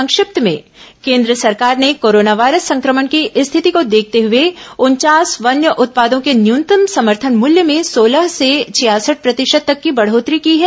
संक्षिप्त समाचार केन्द्र सरकार ने कोरोना वायरस संक्रमण की स्थिति को देखते हुए उनचास वन्य उत्पादों के न्यूनतम समर्थन मूल्य में सोलह से छियासठ प्रतिशत तक की बढ़ोतरी की है